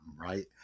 right